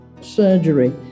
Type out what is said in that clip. surgery